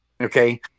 Okay